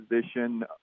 position